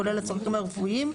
כולל הצרכים הרפואיים,